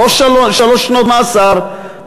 שלוש שנות מאסר,